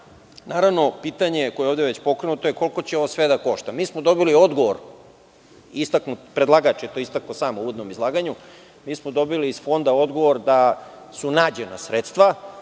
kraj, pitanje koje je ovde već pokrenuto je koliko će ovo sve da košta? Mi smo dobili odgovor, predlagač je to sam istakao u uvodnom izlaganju, iz Fonda dobili odgovor da su nađena sredstva,